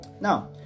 now